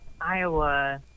Iowa